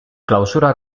clausura